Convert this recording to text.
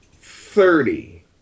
Thirty